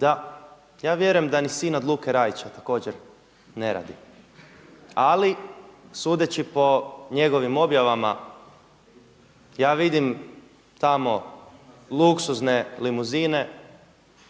rade, ja vjerujem da ni sin od Luke Rajića također ne radi, ali sudeći po njegovim objavama ja vidim tamo luksuzne limuzine,